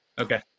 okay